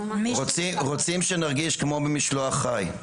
רוצים שנרגיש כמו במשלוח חי.